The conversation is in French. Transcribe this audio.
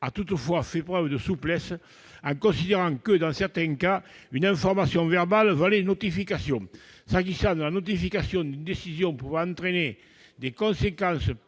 toutefois fait preuve de souplesse à ce sujet, en considérant que, dans certains cas, une information verbale valait notification. S'agissant de la notification d'une décision pouvant entraîner des conséquences